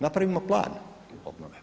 Napravimo plan obnove.